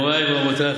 מוריי ורבותיי,